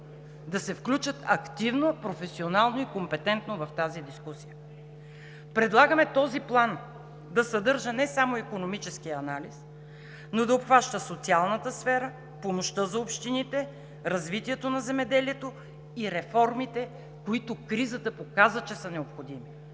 да се включат активно, професионално и компетентно в тази дискусия. Предлагаме този план да съдържа не само икономически анализ, но да обхваща социалната сфера, помощта за общините, развитието на земеделието и реформите, които кризата показа, че са необходими.